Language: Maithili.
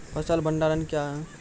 फसल भंडारण क्या हैं?